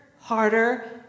harder